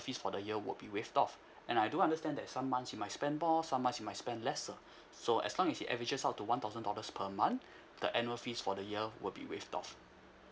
fees for the year will be waived off and I do understand that some months you might spend more some months you might spend lesser so as long as it averages out to one thousand dollars per month the annual fees for the year will be waived off